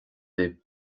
libh